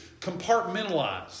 compartmentalized